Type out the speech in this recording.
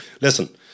Listen